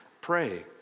pray